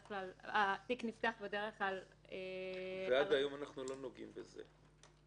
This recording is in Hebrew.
והתיק נפתח בדרך כלל --- עד היום אנחנו לא נוגעים בזה.